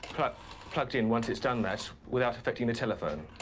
but plugged in once it's done this without affecting the telephone.